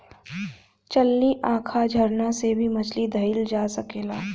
चलनी, आँखा, झरना से भी मछली धइल जा सकेला